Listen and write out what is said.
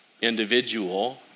individual